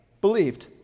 believed